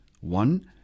One